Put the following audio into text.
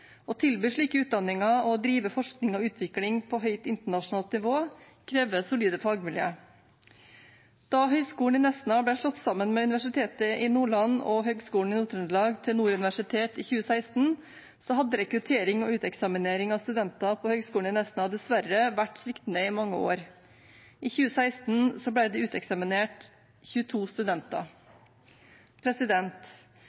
Å tilby slike utdanninger og å drive forskning og utvikling på høyt internasjonalt nivå krever solide fagmiljøer. Da Høgskolen i Nesna ble slått sammen med Universitetet i Nordland og Høgskolen i Nord-Trøndelag – til Nord universitet – i 2016, hadde rekruttering og uteksaminering av studenter på Høgskolen i Nesna dessverre vært sviktende i mange år. I 2016 ble det uteksaminert 22